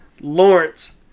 Lawrence